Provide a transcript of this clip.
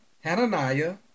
Hananiah